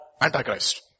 Antichrist